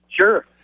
Sure